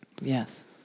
Yes